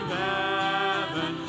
heaven